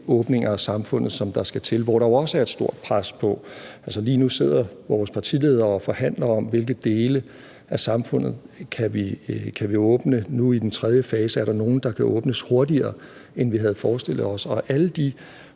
åbninger af samfundet, som der skal til, hvor der jo også er et stort pres på. Lige nu sidder vores partiledere og forhandler om, hvilke dele af samfundet vi nu kan åbne i den tredje fase – er der nogle, der kan åbnes hurtigere, end vi havde forestillet os? – og alt det